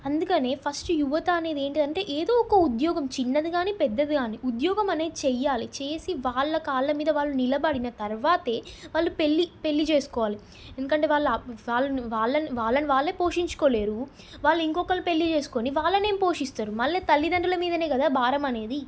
అందుకనే ఫస్ట్ యువత అనేది ఏంటి అనంటే ఏదో ఒక ఉద్యోగం చిన్నది గానీ పెద్దది గానీ ఉద్యోగం అనేది చెయ్యాలి చేసి వాళ్ళ కాళ్ళ మీద వాళ్ళు నిలబడిన తరువాతే వాళ్ళు పెళ్ళి పెళ్ళి చేసుకోవాలి ఎందుకంటే వాళ్ళని వాళ్ళే పోషించుకోలేరు వాళ్ళు ఇంక్కొక్కళ్ళని పెళ్ళి చేసుకొని వాళ్ళని ఏం పోషిస్తారు మళ్ళ తల్లితండ్రుల మీదనే కదా భారం అనేది